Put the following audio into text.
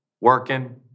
working